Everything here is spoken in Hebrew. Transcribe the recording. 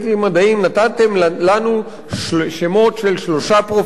נתתם לנו שמות של שלושה פרופסורים,